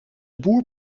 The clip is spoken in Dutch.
boer